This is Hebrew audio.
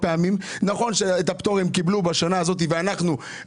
נכון שאת הפטור הם קיבלו בשנה הזאת ואנחנו